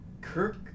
Kirk